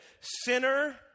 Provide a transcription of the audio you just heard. sinner